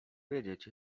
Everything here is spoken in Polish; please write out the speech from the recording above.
wiedzieć